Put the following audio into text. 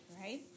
right